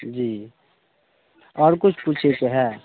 जी आओर किछु पुछैके हइ